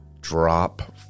Drop